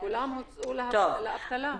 כולם הוצאו לאבטלה.